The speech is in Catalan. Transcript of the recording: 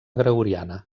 gregoriana